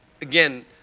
again